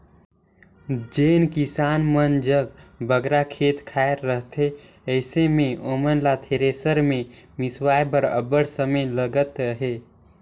जेन किसान मन जग बगरा खेत खाएर रहथे अइसे मे ओमन ल थेरेसर मे मिसवाए बर अब्बड़ समे लगत अहे